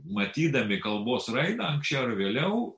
matydami kalbos raidą anksčiau ar vėliau